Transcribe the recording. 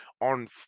on